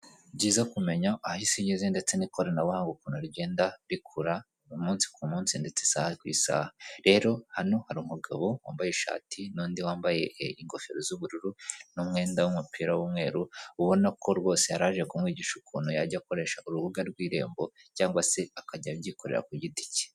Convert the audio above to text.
Byiza kumenya aho isi geze, ndetse n’ikoranabuhanga ukuntu rigenda rikura munsi ku munsi ndetse isaha ku isaha. Rero hano, harimu umugabo wambaye ishati n’ndi wambaye ingofero z’ubururu n’umwenda w’umupira w’umweru ubona ko rwose yara aje kumwigisha ukuntu yajya akoresha urubuga rw’irembo cyangwa se akajya abyikorera ku giti cye.